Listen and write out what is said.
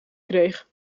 kreeg